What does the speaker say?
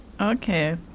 Okay